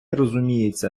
розуміється